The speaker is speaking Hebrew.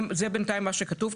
זה בינתיים מה שכתוב,